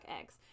eggs